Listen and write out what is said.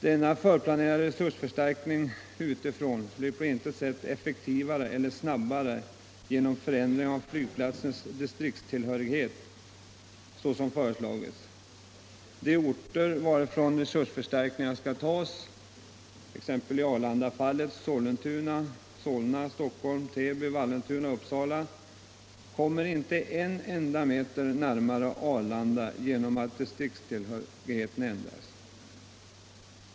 Denna förplanerade resursförstärkning utifrån blir på intet sätt effektivare eller snabbare genom den föreslagna förändringen av flygplatsens distriktstillhörighet. De orter varifrån resursförstärkningarna skall tas — i Arlandafallet Sollentuna, Solna, Stockholm, Täby, Vallentuna och Uppsala - kommer inte en enda meter närmare Arlanda genom förändringen av distriktstillhörigheten.